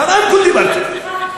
ברמקול דיברתי.